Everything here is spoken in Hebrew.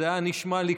זה נשמע לי,